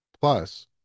Plus